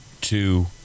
two